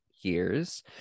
years